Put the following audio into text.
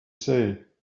say